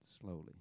slowly